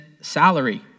salary